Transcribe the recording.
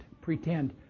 pretend